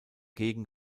gegen